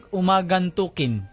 umagantukin